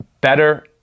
better